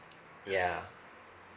yeah